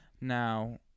now